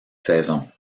saison